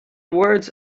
words